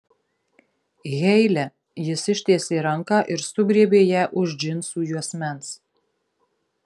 heile jis ištiesė ranką ir sugriebė ją už džinsų juosmens